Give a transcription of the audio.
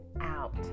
out